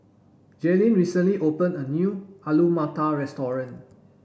Jalyn recently opened a new Alu Matar restaurant